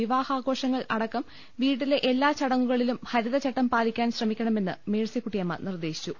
വിവാഹാ ഘോഷങ്ങൾ അടക്കം വീട്ടിലെ എല്ലാ ചടങ്ങുകളിലും ഹരിതചട്ടം പാലിക്കാൻ ശ്രമിക്കണമെന്നും മേഴ്സിക്കുട്ടിയമ്മ നിർദേശിച്ചു